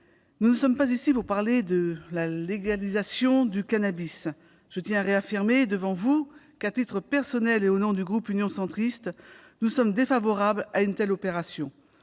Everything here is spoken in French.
nous ne sommes pas ici pour parler de légalisation du cannabis. Je tiens à réaffirmer devant vous que, à titre personnel et au nom du groupe Union centriste, je suis défavorable à une telle mesure.